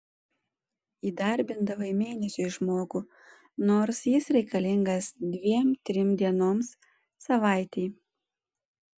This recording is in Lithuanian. įdarbindavai mėnesiui žmogų nors jis reikalingas dviem trim dienoms savaitei